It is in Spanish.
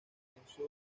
comenzó